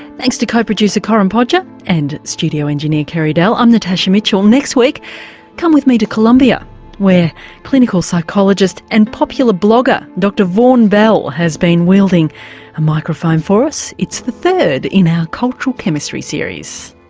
thanks to co-producer corinne podger and studio engineer carey dell. i'm natasha mitchell next week come with me to colombia where clinical psychologist and popular blogger dr vaughan bell has been wielding a microphone for us it's the third in our cultural chemistry series